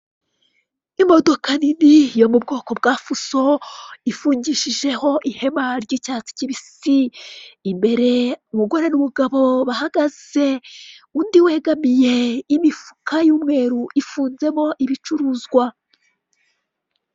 Imodoka nini yo mu rwego rwa fuso ifungishijeho ihema ry' icyatsi kibisi, imbere umugore n' umugabo bahagaze, undi wegamiye imifuka y' umweru ifunzemo ibicuruzwa.